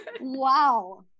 Wow